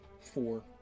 Four